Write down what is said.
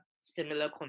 similar